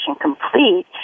complete